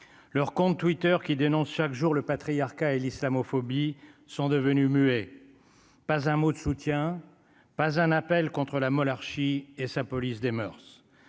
leur compte Twitter qui dénonce chaque jour le patriarcat et l'islamophobie sont devenus muets, pas un mot de soutien pas un appel contre la monarchie et sa police des moeurs